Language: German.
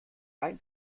ein